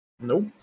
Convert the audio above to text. Nope